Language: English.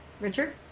Richard